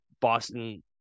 Boston